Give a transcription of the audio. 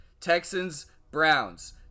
Texans-Browns